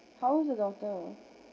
how old is the daughter